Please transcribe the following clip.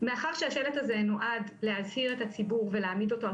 מאחר שהשלט הזה נועד להזהיר את הציבור ולהעמיד אותו על